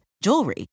jewelry